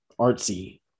artsy